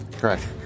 Correct